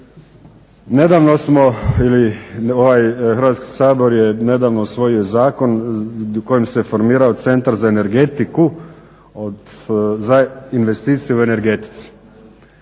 nedavno smo ovaj Hrvatski sabor nedavno usvojio zakon kojim se formirao Centar za energetiku za investicije u energetici.